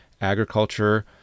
Agriculture